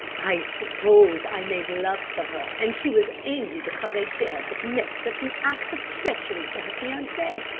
i suppose i made love to her, and she was angry because i dared to commit such an act of treachery to her fiance!